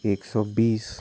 एक सौ बीस